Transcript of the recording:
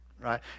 Right